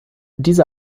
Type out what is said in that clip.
diese